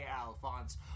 Alphonse